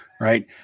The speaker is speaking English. Right